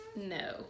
No